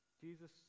Jesus